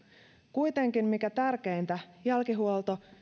kuitenkin mikä tärkeintä jälkihuolto